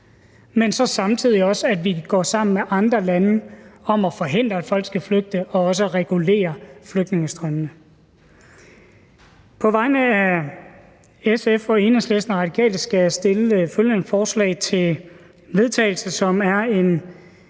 men så samtidig også, at vi går sammen med andre lande om at forhindre, at folk skal flygte, og om også at regulere flygtningestrømme. På vegne af SF, Enhedslisten og Radikale Venstre skal jeg fremsætte følgende, som er en